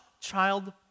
child